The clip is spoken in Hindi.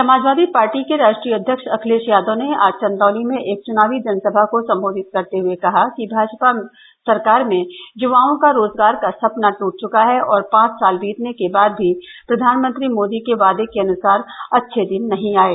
समाजवादी पार्टी के राश्ट्रीय अध्यक्ष अखिलेष यादव ने आज चन्दौली में एक चुनावी जनसभा को सम्बोधित करते हये कहा कि भाजपा सरकार में युवाओं का रोजगार का सपना टूट चुका है और पांच साल बीतने के बाद भी प्रधानमंत्री मोदी के वादे के अनुसार अच्छे दिन नही आये